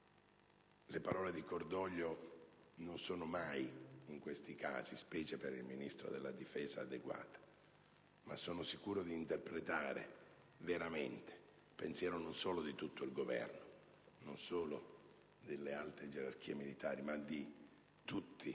Le parole di cordoglio non sono mai in questi casi, specie per il Ministro della difesa, adeguate, ma sono sicuro di interpretare, veramente, il pensiero non solo di tutto il Governo, non solo delle alte gerarchie militari, ma di tutti